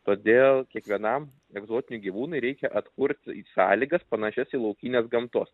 todėl kiekvienam egzotiniui gyvūnui reikia atkurt sąlygas panašias į laukinės gamtos